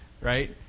Right